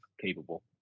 capable